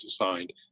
assigned